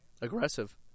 aggressive